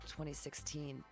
2016